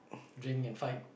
drink and fight